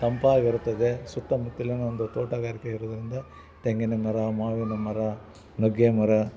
ತಂಪಾಗಿರುತ್ತದೆ ಸುತ್ತಮುತ್ತಲಿನ ಒಂದು ತೋಟಗಾರಿಕೆ ಇರೋದ್ರಿಂದ ತೆಂಗಿನ ಮರ ಮಾವಿನ ಮರ ನುಗ್ಗೆ ಮರ